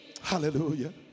Hallelujah